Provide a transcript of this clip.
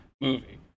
movie